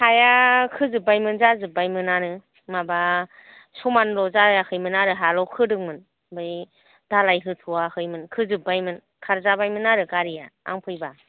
हाया खोजोब बायमोन जाजोबबाय मोनानो माबा समान ल' जायाखैमोन आरो हा ल' खोदों मोन ओमफाय दालाय होथ'याखैमोन खोजोबबायमोन खारजाबायमोन आरो गारिया आं फैबा